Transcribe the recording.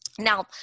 Now